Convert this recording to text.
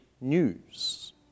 news